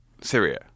Syria